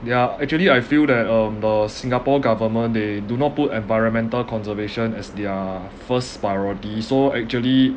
ya actually I feel that um the singapore government they do not put environmental conservation as their first priority so actually